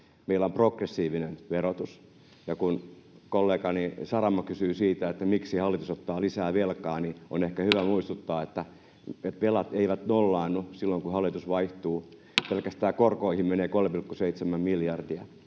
Meillä on progressiivinen verotus. Kun kollegani Saramo kysyi siitä, miksi hallitus ottaa lisää velkaa, niin on ehkä hyvä muistuttaa, että velat eivät nollaannu silloin, kun hallitus vaihtuu. Pelkästään korkoihin menee 3,7 miljardia.